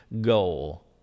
goal